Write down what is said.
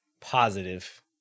positive